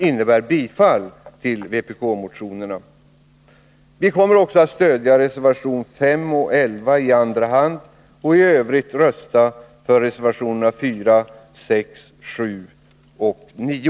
I andra hand stöder vi också reservationerna 5 och 11, och i övrigt röstar vi för reservationerna 4, 6, 7 och 9.